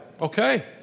okay